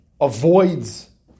avoids